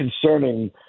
concerning